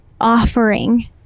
offering